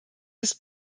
des